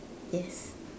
yes